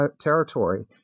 territory